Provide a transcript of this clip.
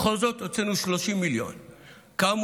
בכל זאת הוצאנו 30 מיליון שקל.